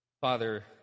Father